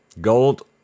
gold